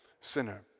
sinner